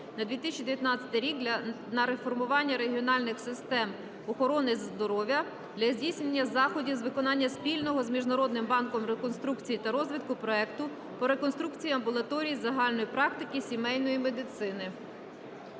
(на 2019 рік) на реформування регіональних систем охорони здоров'я для здійснення заходів з виконання спільного з Міжнародним банком реконструкції та розвитку проекту по реконструкції амбулаторій загальної практики – сімейної медицини.